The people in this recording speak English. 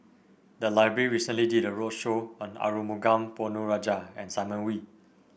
the library recently did a roadshow on Arumugam Ponnu Rajah and Simon Wee